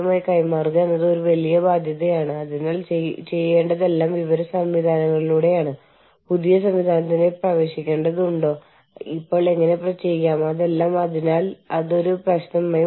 വിവിധ രാജ്യങ്ങളിലെ വൈവിധ്യമാർന്ന വ്യാവസായിക ബന്ധ നിയമങ്ങളും സമ്പ്രദായങ്ങളും നിങ്ങൾ എങ്ങനെ വിലപേശും ഏത് തലത്തിലാണ് നിങ്ങൾ വിലപേശുന്നത് എന്താണ് നിർബന്ധം എന്താണ് നിയമപരം എന്താണ് നിയമവിരുദ്ധം തുടങ്ങിയവ നിയന്ത്രിക്കും